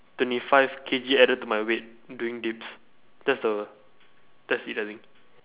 twenty five K_G added to my weight doing dips that's the that's it I think